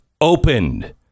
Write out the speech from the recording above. opened